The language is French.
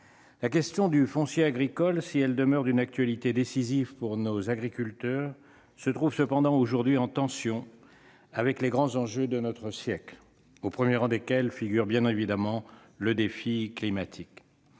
La question du foncier agricole, si elle demeure d'une actualité décisive pour nos agriculteurs, se trouve cependant aujourd'hui en tension avec les grands enjeux de notre siècle, au premier rang desquels figure bien évidemment le défi climatique.